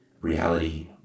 Reality